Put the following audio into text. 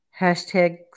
hashtag